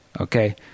Okay